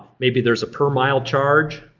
maybe there's a per mile charge.